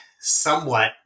somewhat